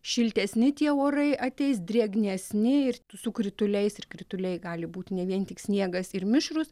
šiltesni tie orai ateis drėgnesni ir su krituliais ir krituliai gali būt ne vien tik sniegas ir mišrūs